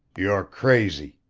you're crazy!